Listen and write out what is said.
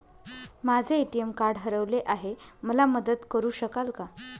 माझे ATM card हरवले आहे, मला मदत करु शकाल का?